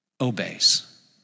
obeys